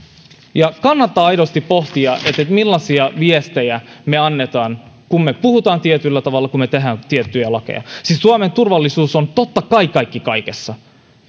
ja kannattaa aidosti pohtia millaisia viestejä me annamme kun me puhumme tietyllä tavalla kun me teemme tiettyjä lakeja siis suomen turvallisuus on totta kai kaikki kaikessa